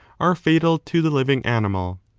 are fatal to the living animal.